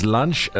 Lunch